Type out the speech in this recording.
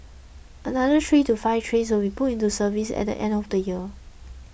another three to five trains will put into service at end of the year